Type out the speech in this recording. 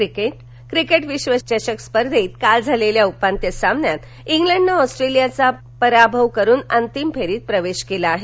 cricket cricket विश्वचषक स्पर्धेत काल झालेल्या उपांत्य सामन्यात इंग्लडनं ऑस्ट्रेलियाचा प्रभाव करून अंतिम फेरीत प्रवेश केला आहे